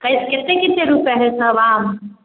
कतेक कतेक रुपैए हइ सभ आम